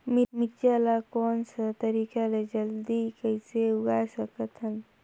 मिरचा ला कोन सा तरीका ले जल्दी कइसे उगाय सकथन?